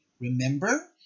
remember